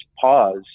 pause